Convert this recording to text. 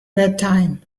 bedtime